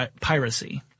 piracy